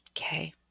Okay